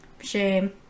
shame